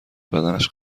بدنش